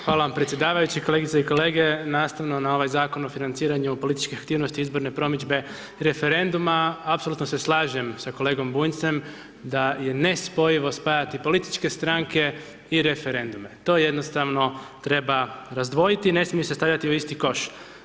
Hvala vam predsjedavajući, kolegice i kolege nastavno na ovaj Zakon o financiranju političkih aktivnosti, izborne promidžbe i referenduma, apsolutno se slažem sa kolegom Bunjcem da je nespojivo spajati političke stranke i referendume, to jednostavno treba razdvojiti, ne smije se stavljati u isti koš.